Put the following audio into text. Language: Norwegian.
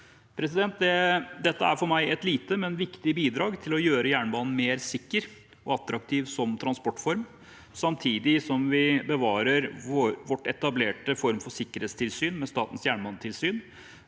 snart. Dette er for meg et lite, men viktig bidrag til å gjøre jernbanen mer sikker og attraktiv som transportform. Samtidig som vi bevarer vår etablerte form for sikkerhetstilsyn, med Statens jernbanetilsyn,